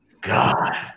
God